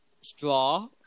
straw